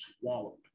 swallowed